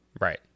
Right